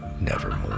nevermore